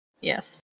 Yes